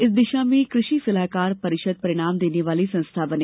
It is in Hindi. इस दिशा में कृषि सलाहकार परिषद परिणाम देने वाली संस्था बने